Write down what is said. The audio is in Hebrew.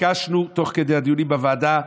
ביקשנו תוך כדי הדיונים בוועדה פעמיים,